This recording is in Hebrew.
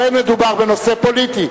פה אין מדובר בנושא פוליטי,